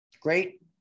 Great